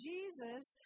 Jesus